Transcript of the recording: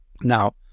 Now